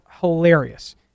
hilarious